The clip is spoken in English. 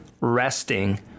resting